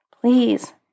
please